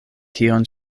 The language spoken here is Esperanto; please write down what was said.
kion